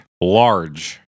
large